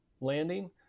landing